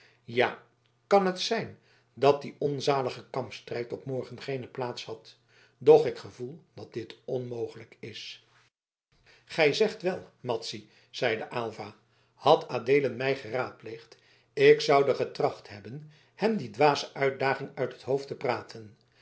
ja kan het zijn dat die onzalige kampstrijd op morgen geene plaats had doch ik gevoel dat dit onmogelijk is gij zegt wel madzy zeide aylva had adeelen mij geraadpleegd ik zoude getracht hebben hem die dwaze uitdaging uit het hoofd te praten